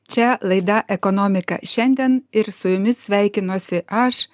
čia laida ekonomika šiandien ir su jumis sveikinuosi aš